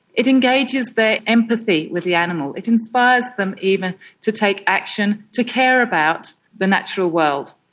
it engages their empathy with the animal, it inspires them even to take action, to care about the natural world.